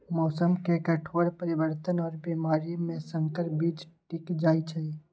मौसम के कठोर परिवर्तन और बीमारी में संकर बीज टिक जाई छई